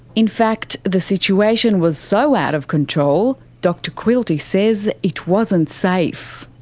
in fact, the situation was so out of control, dr quilty says it wasn't safe.